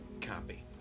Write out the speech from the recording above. Copy